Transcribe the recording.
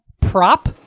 prop